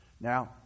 Now